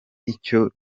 icyo